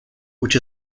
which